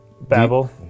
Babel